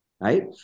right